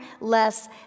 less